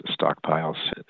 stockpiles